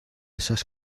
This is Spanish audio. esas